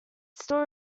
still